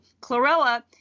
chlorella